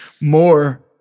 More